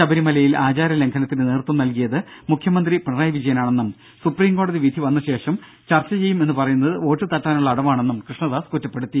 ശബരിമലയിൽ ആചാരലംഘനത്തിന് നേതൃത്വം നൽകിയത് മുഖ്യമന്ത്രി പിണറായി വിജയനാണെന്നും സുപ്രീംകോടതി വിധി വന്നശേഷം ചർച്ചചെയ്യും എന്നു പറയുന്നത് വോട്ട് തട്ടാനുളള അടവാണെന്നും കൃഷ്ണദാസ് കുറ്റപ്പെടുത്തി